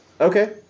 Okay